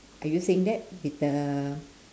are you saying that with the